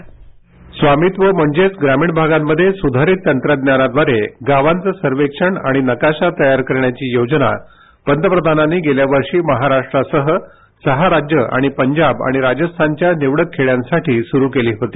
script स्वामित्व म्हणजेच ग्रमीण मागांमध्ये सुधारित तंब्हानाद्वारे ग्वांचं सर्वेसण आणि नकाशा तयार करण्याची योजना पंतप्रधानांनी गेल्या वर्षी महाराष्ट्रासह सहा राज्य आणि पंजाब आणि राज निवडक खेऱ्यांसाठी सुरु केली होती